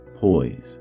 poise